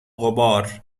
غبار